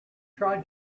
try